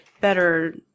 better